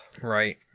right